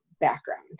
background